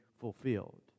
fulfilled